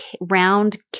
round